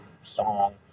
song